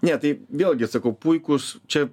ne tai vėlgi sakau puikūs čia